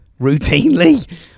routinely